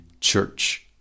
church